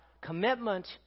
commitment